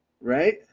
right